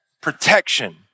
protection